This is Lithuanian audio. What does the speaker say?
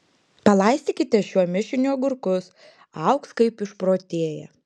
palaistykite šiuo mišiniu agurkus augs kaip išprotėję